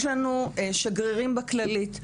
יש לנו שגרירים בכללית,